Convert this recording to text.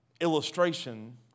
illustration